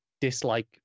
dislike